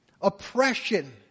oppression